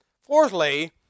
Fourthly